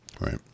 Right